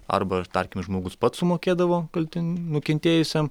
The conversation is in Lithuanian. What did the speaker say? arba tarkim žmogus pats sumokėdavo kaltin nukentėjusiam